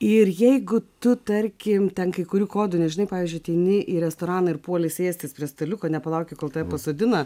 ir jeigu tu tarkim ten kai kurių kodų nežinai pavyzdžiui ateini į restoraną ir puoli sėstis prie staliuko nepalauki kol tave pasodina